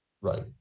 Right